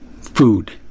food